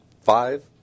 five